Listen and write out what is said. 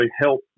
help